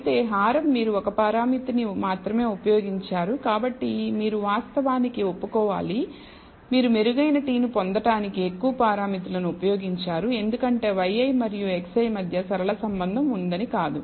అయితే హారం మీరు 1 పరామితిని మాత్రమే ఉపయోగించారు కాబట్టి మీరు వాస్తవానికి ఒప్పుకోవాలి మీరు మెరుగైన t ను పొందటానికి ఎక్కువ పారామితులను ఉపయోగించారు ఎందుకంటే yi మరియు xi మధ్య సరళ సంబంధం ఉందని కాదు